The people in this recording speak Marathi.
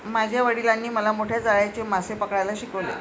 माझ्या वडिलांनी मला मोठ्या जाळ्याने मासे पकडायला शिकवले